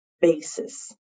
basis